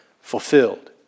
fulfilled